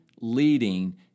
leading